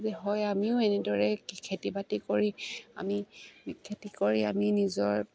যে হয় আমিও এনেদৰে খেতি বাতি কৰি আমি খেতি কৰি আমি নিজৰ